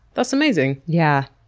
that's amazing. yeah.